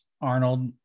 Arnold